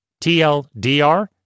TLDR